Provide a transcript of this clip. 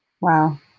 Wow